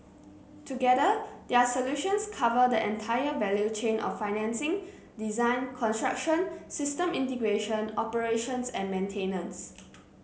together their solutions cover the entire value chain of financing design construction system integration operations and maintenance